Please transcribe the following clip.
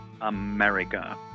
america